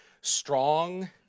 Strong